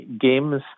games